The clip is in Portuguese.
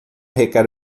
requer